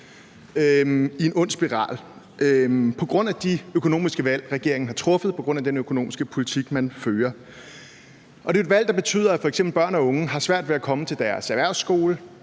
er en ond spiral, og det skyldes de økonomiske valg, regeringen har truffet, og den økonomiske politik, man fører. Det er et valg, der betyder, at f.eks. børn og unge, hvis de bor uden for de store